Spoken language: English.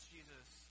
Jesus